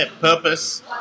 purpose